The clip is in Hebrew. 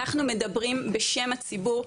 אנחנו מדברים בשם הציבור,